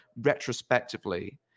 retrospectively